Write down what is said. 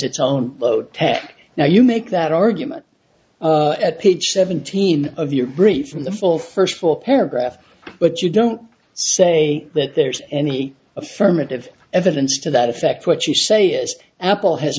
its own low tech now you make that argument at page seventeen of your brief from the full first full paragraph but you don't say that there's any affirmative evidence to that effect what you say is apple has